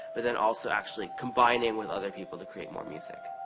but then also actually combining with other people to create more music.